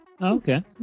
Okay